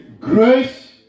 grace